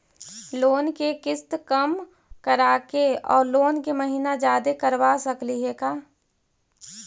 Loan के किस्त कम कराके औ लोन के महिना जादे करबा सकली हे का?